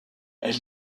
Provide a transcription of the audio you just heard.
elle